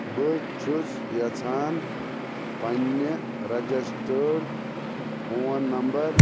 بہٕ چھُس یژھان پننہِ رجسٹٲرڈ فون نمبر